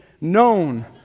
known